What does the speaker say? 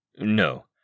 No